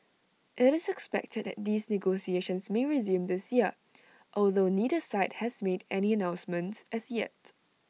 IT is expected that these negotiations may resume this year although neither side has made any announcements as yet